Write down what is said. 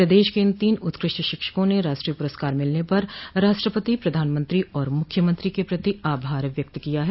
प्रदेश के इन तीन उत्कृष्ट शिक्षकों ने राष्ट्रीय पुरस्कार मिलने पर राष्ट्रपति प्रधानमंत्री और मुख्यमंत्री के प्रति आभार व्यक्त किया है